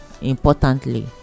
importantly